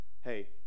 Hey